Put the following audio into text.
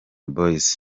boyz